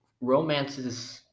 romances